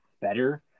better